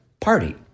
party